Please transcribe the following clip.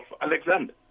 Alexander